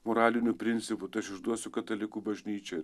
moralinių principų tai aš išduosiu katalikų bažnyčią